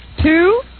Two